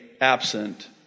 absent